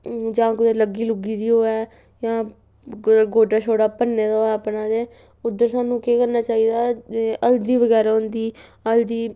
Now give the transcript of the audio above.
जां कुतै लग्गी लुग्गी दी होऐ जां कुतै गोड्डा शोड्डा भन्ने दा होऐ अपना ते उद्धर सानूं केह् करना चाहिदा एह् हल्दी बगैरा होंदी हल्दी